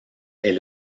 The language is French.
est